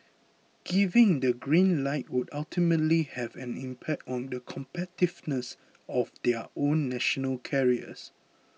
giving the green light would ultimately have an impact on the competitiveness of their own national carriers